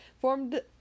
formed